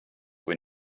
kui